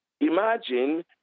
imagine